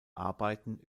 arbeiten